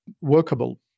workable